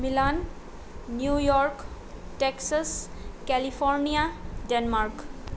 Milan New York Texas California Denmark